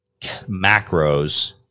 macros